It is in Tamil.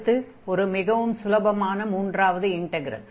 அடுத்து ஒரு மிகவும் சுலபமான மூன்றாவது இன்டக்ரல்